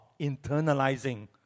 internalizing